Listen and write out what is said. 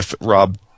Rob